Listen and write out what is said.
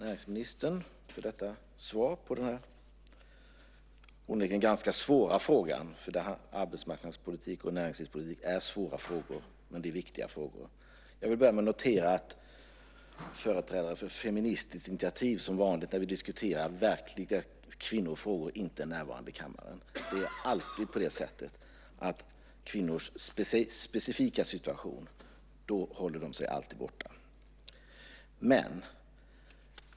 Fru talman! Jag ber att få tacka näringsministern för svaret på en onekligen ganska svår fråga, för arbetsmarknadspolitik och näringspolitik är svårt men viktigt. Inledningsvis noterar jag att Feministiskt initiativs företrädare som vanligt när vi diskuterar verkliga kvinnofrågor inte är närvarande i kammaren. Det är alltid på det viset att de när det gäller kvinnors specifika situation håller sig borta.